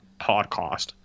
podcast